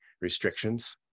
restrictions